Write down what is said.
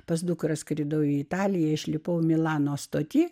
pas dukrą skridau į italiją išlipau milano stotyje